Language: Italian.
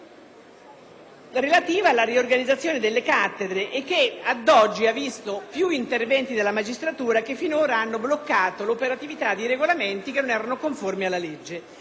relativi alla riorganizzazione delle cattedre, contenzioso che ad oggi ha visto diversi interventi della magistratura, che finora hanno bloccato l'operatività di regolamenti non conformi alla legge.